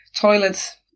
toilets